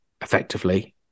effectively